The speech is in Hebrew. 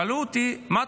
שאלו אותי: מה?